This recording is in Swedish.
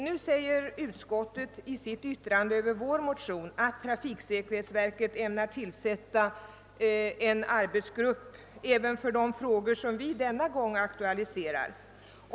Nu säger utskottet i sitt yttrande över vår motion att säkerhetsverket ämnar tillsätta en arbetsgrupp även för de frågor som vi denna gång aktualiserat.